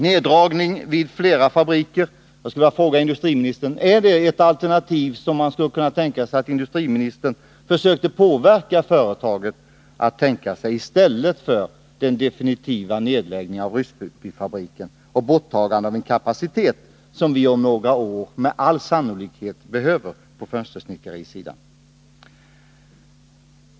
Jag vill fråga industriministern: Kan industriministern tänka sig att påverka företaget att beakta alternativet neddragning vid flera fabriker i stället för att genomföra en definitiv nedläggning av Ryssbyfabriken, vilket skulle innebära borttagandet av en kapacitet på fönstersnickerisidan som vi om några år med all sannolikhet behöver?